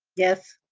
yes.